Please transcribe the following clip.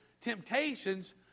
temptations